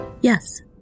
Yes